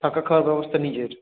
থাকা খাওয়ার ব্যবস্থা নিজের